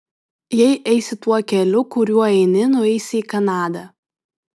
jei eisi tuo keliu kuriuo eini nueisi į kanadą